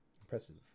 Impressive